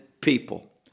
people